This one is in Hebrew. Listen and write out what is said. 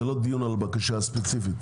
זה לא דיון על הבקשה הספציפית,